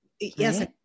Yes